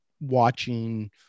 watching